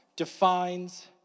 defines